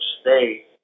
stay